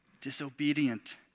disobedient